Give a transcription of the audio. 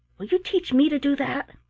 will you teach me to do that?